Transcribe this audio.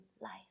life